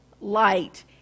light